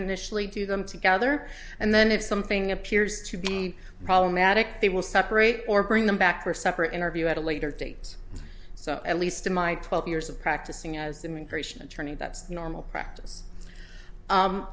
initially do them together and then if something appears to be problematic they will separate or bring them back for a separate interview at a later date so at least in my twelve years of practicing as immigration attorney that's the normal practice